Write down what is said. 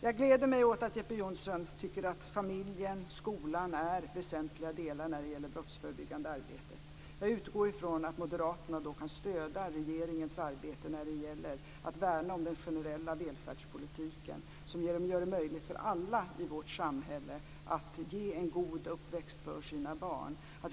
Jag gläder mig åt att Jeppe Johnsson tycker att familjen och skolan är väsentliga delar när det gäller det brottsförebyggande arbetet. Jag utgår ifrån att moderaterna kan stödja regeringens arbete när det gäller att värna om den generella välfärdspolitiken, som gör det möjligt för alla i vårt samhälle att ge sina barn en god uppväxt.